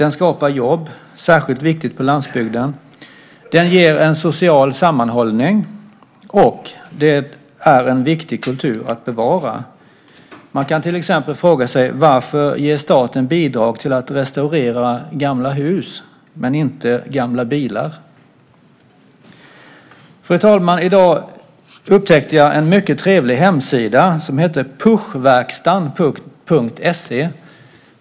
Den skapar jobb, vilket är särskilt viktigt på landsbygden. 3. Den ger en social sammanhållning. 4. Det är en viktig kultur att bevara. Man kan till exempel fråga sig varför staten ger bidrag till att restaurera gamla hus men inte gamla bilar. Fru talman! I dag upptäckte jag en mycket trevlig hemsida, som heter Puchverkstan.se.